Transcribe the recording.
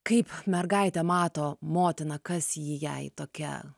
kaip mergaitė mato motiną kas ji jai tokia